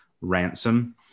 ransom